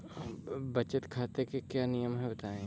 बचत खाते के क्या नियम हैं बताएँ?